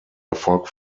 erfolg